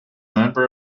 member